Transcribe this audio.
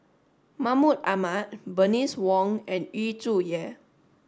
Mahmud Ahmad Bernice Wong and Yu Zhuye